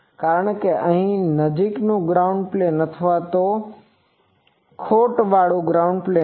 કારણ કે અહીં નજીકનું ગ્રાઉન્ડ પ્લેન અથવા ખોટવાળું ગ્રાઉન્ડ પ્લેન છે